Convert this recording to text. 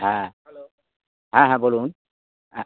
হ্যাঁ হ্যাঁ হ্যাঁ বলুন হ্যাঁ